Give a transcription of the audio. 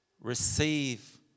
receive